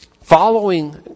Following